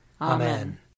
Amen